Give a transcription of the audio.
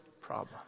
problem